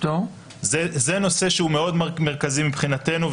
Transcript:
זה נושא שהוא מאוד מרכזי מבחינתנו,